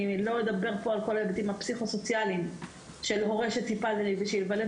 אני לא אדבר פה על כל ההיבטים הפסיכו-סוציאליים של הורה שציפה שייוולד